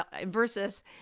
versus